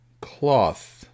cloth